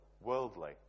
worldly